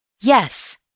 Yes